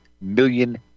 million